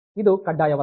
ಇದು ಕಡ್ಡಾಯವಲ್ಲ